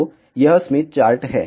तो यह Smith chart है